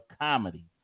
comedy